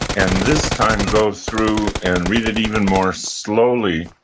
and this time, go through and read it even more slowly,